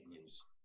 news